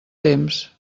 temps